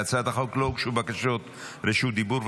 להצעת החוק לא הוגשו בקשות רשות דיבור.